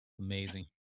Amazing